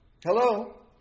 Hello